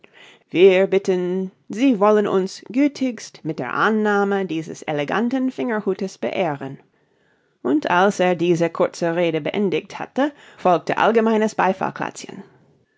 wir bitten sie wollen uns gütigst mit der annahme dieses eleganten fingerhutes beehren und als er diese kurze rede beendigt hatte folgte allgemeines